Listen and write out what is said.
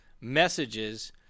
messages